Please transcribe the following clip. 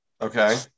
okay